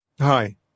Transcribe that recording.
Hi